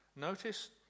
Notice